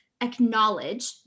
acknowledge